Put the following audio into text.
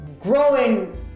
growing